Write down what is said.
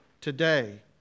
today